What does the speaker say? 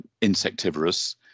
insectivorous